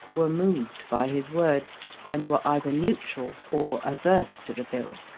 were moved by his words and were either neutral or averse to the bill.